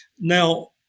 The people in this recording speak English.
Now